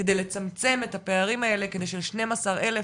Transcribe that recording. כדי לצמצם את הפערים האלה כדי ש-12 אלף